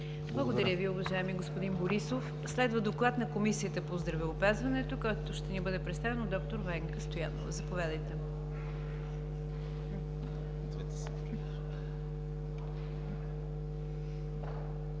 Благодаря Ви, уважаеми господин Борисов. Следва Доклад на Комисията по здравеопазването, който ще ни бъде представен от д-р Венка Стоянова. Заповядайте.